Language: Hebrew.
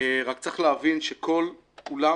רק צריך להבין שכל אולם